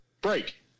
Break